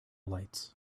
lights